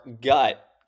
gut